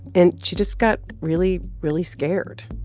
and she just got really, really scared.